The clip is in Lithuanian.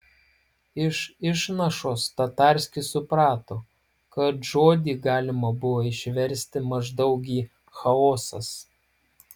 iš išnašos tatarskis suprato kad žodį galima buvo išversti maždaug į chaosas